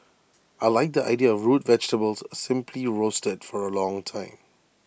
I Like the idea root vegetables simply roasted for A long time